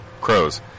crows